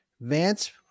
Vance